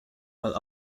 while